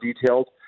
detailed